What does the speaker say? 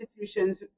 institutions